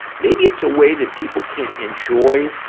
maybe it's a way that people can enjoy